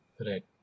right